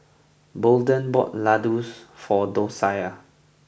Bolden bought Laddu for Doshia